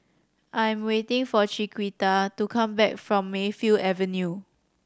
I'm waiting for Chiquita to come back from Mayfield Avenue